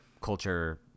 culture